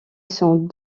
sont